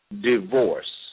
divorce